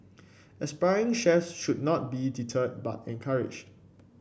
aspiring chefs should not be deterred but encouraged